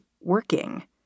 working